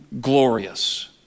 glorious